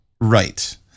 Right